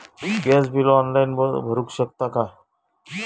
Gas bill online भरुक मिळता काय?